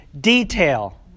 detail